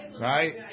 Right